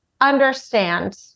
understand